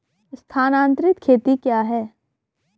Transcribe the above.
स्थानांतरित खेती क्या है?